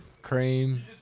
Cream